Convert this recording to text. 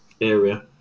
area